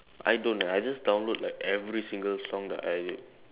I don't eh I just download like every single song that I